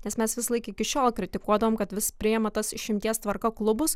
nes mes visąlaik iki šiol kritikuodavom kad vis priėma tas išimties tvarka klubus